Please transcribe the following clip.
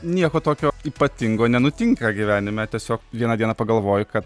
nieko tokio ypatingo nenutinka gyvenime tiesiog vieną dieną pagalvoji kad